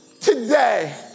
today